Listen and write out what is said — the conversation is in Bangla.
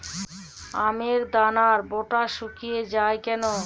আমের দানার বোঁটা শুকিয়ে য়ায় কেন?